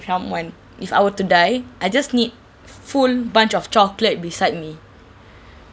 someone if I were to die I just need full bunch of chocolate beside me